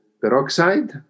peroxide